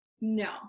No